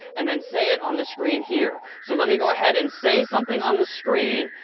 and then say it on the screen here. so let me go ahead and say something on the screen,